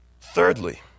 Thirdly